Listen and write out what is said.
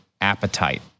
appetite